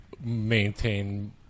maintain